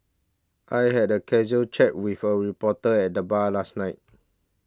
I had a casual chat with a reporter at the bar last night